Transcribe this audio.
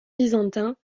byzantin